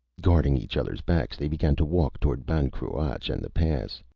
guarding each others' backs, they began to walk toward ban cruach and the pass.